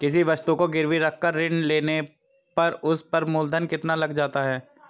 किसी वस्तु को गिरवी रख कर ऋण लेने पर उस पर मूलधन कितना लग जाता है?